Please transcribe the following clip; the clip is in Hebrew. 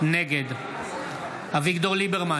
נגד אביגדור ליברמן,